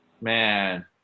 Man